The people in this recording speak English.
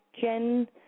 Jen